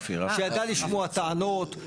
שידע לשמוע טענות,